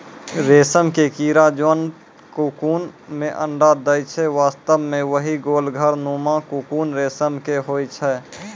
रेशम के कीड़ा जोन ककून मॅ अंडा दै छै वास्तव म वही गोल घर नुमा ककून रेशम के होय छै